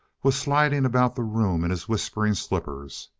was sliding about the room in his whispering slippers.